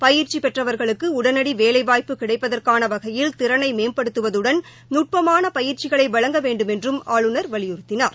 பயிற்சி பெற்றவா்களுக்கு உடனடி வேலைவாய்ப்பு கிடைப்பதற்கான வகையில் திறனை மேம்படுத்துவதுடன் நுட்பமான பயிற்சிகளை வழங்க வேண்டுமென்றும் ஆளுநர் வலியுறுத்தினார்